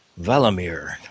Valamir